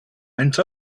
went